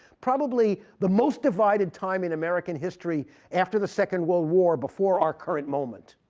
probably the most divided time in american history after the second world war before our current moment.